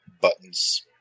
buttons